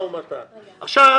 שר העבודה,